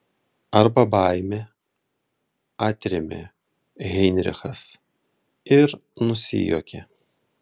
arba baimė atrėmė heinrichas ir nusijuokė